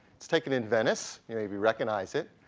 it's taken in venice, you maybe recognize it.